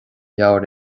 leabhar